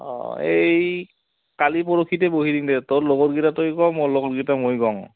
অঁ এই কালি পৰহীতে বহি দিম দে তই লগতকেইটা তই ক মই লগতকেইটা মই কওঁ